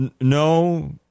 No